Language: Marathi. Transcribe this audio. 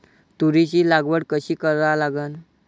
तुरीची लागवड कशी करा लागन?